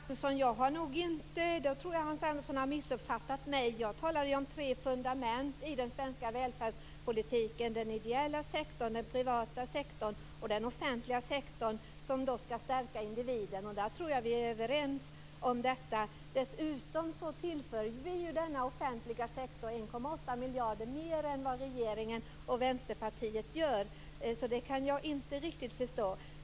Fru talman! Jag tror att Hans Andersson har missuppfattat mig. Jag talar ju om tre fundament i den svenska välfärdspolitiken - den ideella sektorn, den privata sektorn och den offentliga sektorn - som skall stärka individen. Där tror jag att vi är överens. Dessutom tillför vi ju denna offentliga sektor 1,8 miljarder kronor mer än vad regeringen och Vänsterpartiet gör. Så det kan jag inte riktigt förstå.